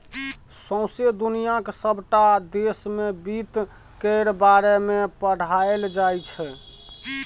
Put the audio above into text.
सौंसे दुनियाक सबटा देश मे बित्त केर बारे मे पढ़ाएल जाइ छै